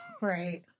Right